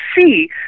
see